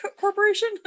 corporation